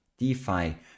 DeFi